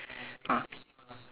ah